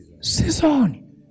season